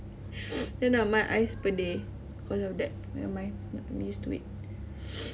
then now my eyes pedih because of that nevermind I'm used to it